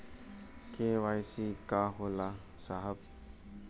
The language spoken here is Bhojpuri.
के.वाइ.सी का होला साहब?